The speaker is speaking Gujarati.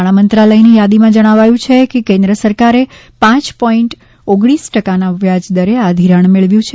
નાણાં મંત્રાલયની યાદીમાં જણાવ્યું છે કે કેન્દ્ર સરકારે પાંચ પોઇન્ટ ઓગણીસ ટકના વ્યાજદરે આ ધિરાણ મેળવ્યું છે